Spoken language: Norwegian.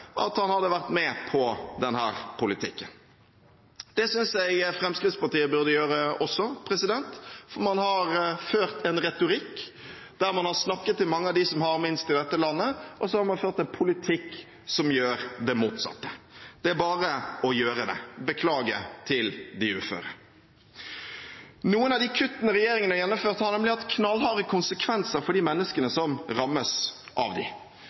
at han hadde vært med på denne politikken. Det synes jeg Fremskrittspartiet burde gjøre også, for man har ført en retorikk der man har snakket til mange av dem som har minst i dette landet, og så har man ført en politikk som gjør det motsatte. Det er bare å gjøre det: beklage overfor de uføre. Noen av de kuttene regjeringen har gjennomført, har nemlig hatt knallharde konsekvenser for de menneskene som rammes av